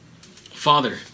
father